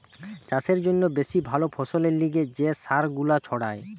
চাষের জন্যে বেশি ভালো ফসলের লিগে যে সার গুলা ছড়ায়